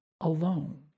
alone